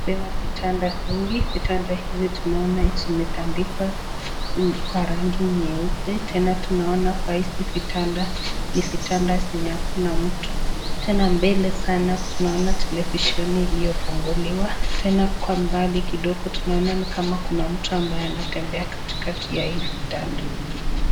pewa vitanda vingi. Vitanda hivi tunaona vimetandikwa kwa rangi nyeupe. Tena tunaona kwa hizi vitanda ni vitanda zenye hakuna mtu. Tena mbele sana tunaona televisheni iliyofunguliwa. Tena kwa mbali kidogo tunaona ni kama kuna mtu ambaye anatembea katikati ya hivi vitanda.